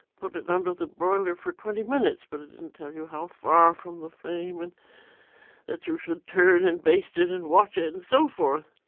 put it under the broiler for twenty minutes, but it didn't tell you how far from the flame, and that you should turn and baste it, and watch it and so forth.